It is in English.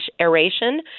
aeration